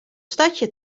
stadje